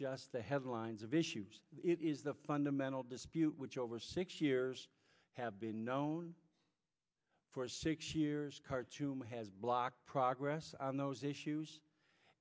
just the headlines of issues it is the fundamental dispute which over six years have been known for six years khartoum has blocked progress on those issues